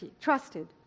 trusted